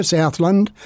Southland